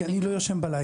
כי אני לא ישן בלילה,